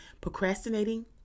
Procrastinating